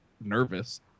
nervous